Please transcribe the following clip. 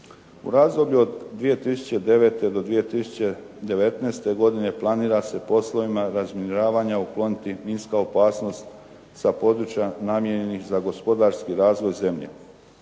U razdoblju od 2009. do 2019. godine planira se poslovima razminiravanja ukloniti minska opasnost sa područja namijenjenih za gospodarski razvoj zemlje.